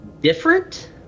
different